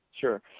Sure